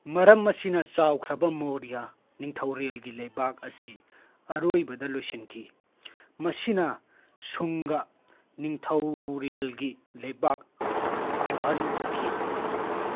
ꯃꯔꯝ ꯑꯁꯤꯅ ꯆꯥꯎꯈ꯭ꯔꯕ ꯃꯣꯔꯤꯌꯥ ꯅꯤꯡꯊꯧꯔꯦꯜꯒꯤ ꯂꯩꯕꯥꯛ ꯑꯁꯤ ꯑꯔꯣꯏꯕꯗ ꯂꯣꯏꯁꯤꯟꯈꯤ ꯃꯁꯤꯅ ꯁꯨꯡꯒꯥ ꯅꯤꯡꯊꯧꯔꯦꯜꯒꯤ ꯂꯩꯕꯥꯛ ꯍꯧꯍꯟꯈꯤ